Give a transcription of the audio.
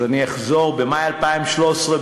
אני אחזור: במאי 2013,